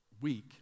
week